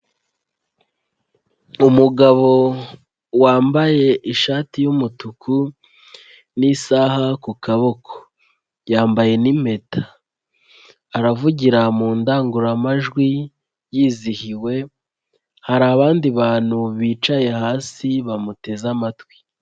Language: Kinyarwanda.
Umugabo wambaye ishati y'umutuku n'isaha ku kaboko, yambaye n'impeta, aravugira mu ndangururamajwi yizihiwe hari abandi bantu bicaye hasi bamuteze amatwi.